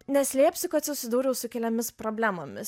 neslėpsiu kad susidūriau su keliomis problemomis